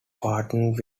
partnered